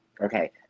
Okay